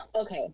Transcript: okay